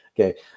Okay